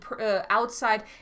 outside